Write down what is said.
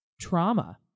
trauma